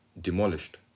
demolished